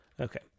Okay